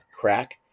crack